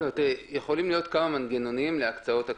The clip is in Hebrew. יכולים להיות כמה מנגנונים להקצאות תקציביות.